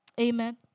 Amen